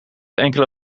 enkele